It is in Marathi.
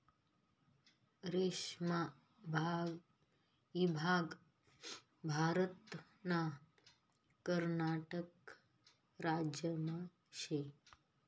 रेशीम ईभाग भारतना कर्नाटक राज्यमा शे